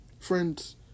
Friends